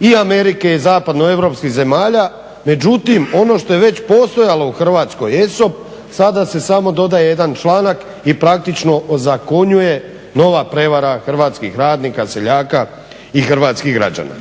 i Amerike i zapadnoeuropskih zemalja. Međutim, ono što je već postojalo u Hrvatskoj ESOP sada se samo dodaje jedan članak i praktično ozakonjuje nova prevara hrvatskih radnika, seljaka i hrvatskih građana.